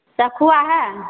सखुआ हइ